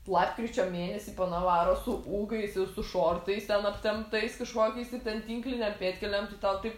lapkričio mėnesį po navaros su ūgais ir su šortais ten aptemptais kažkokiais ir ten tinklinėm pėdkelnėm tai tau taip